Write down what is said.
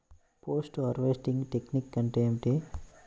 Post harvesting technique అంటే ఏమిటీ?